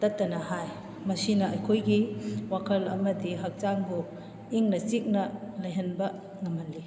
ꯇꯠꯇꯅ ꯍꯥꯏ ꯃꯁꯤꯅ ꯑꯩꯈꯣꯏꯒꯤ ꯋꯥꯈꯜ ꯑꯃꯗꯤ ꯍꯛꯆꯥꯡꯕꯨ ꯏꯪꯅ ꯆꯤꯛꯅ ꯂꯩꯍꯟꯕ ꯉꯝꯍꯟꯂꯤ